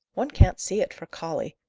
one can't see it for colly.